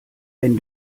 wenn